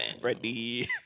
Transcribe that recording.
Freddie